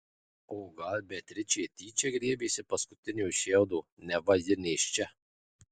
o gal beatričė tyčia griebėsi paskutinio šiaudo neva ji nėščia